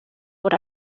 por